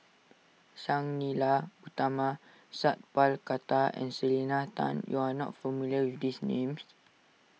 Sang Nila Utama Sat Pal Khattar and Selena Tan you are not familiar with these names